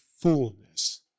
fullness